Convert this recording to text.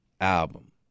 album